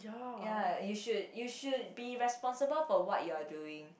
ya you should you should be responsible for what you are doing